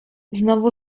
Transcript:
znowu